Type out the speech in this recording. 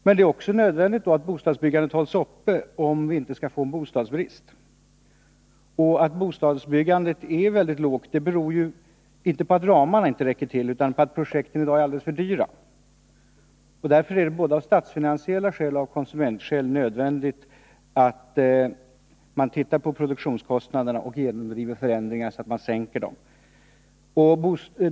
Men det är också nödvändigt att bostadsbyggandet hålls uppe för att vi inte skall få en bostadsbrist. Att bostadsbyggandet är väldigt lågt beror ju inte på att ramarna inte räcker till utan på att projekten i dag är alldeles för dyra. Därför är det både av statsfinansiella skäl och av konsumentskäl nödvändigt att man tittar på produktionskostnaderna och genomför förändringar så att dessa sänks.